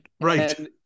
Right